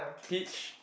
peach